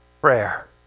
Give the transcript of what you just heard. prayer